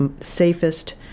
safest